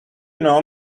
know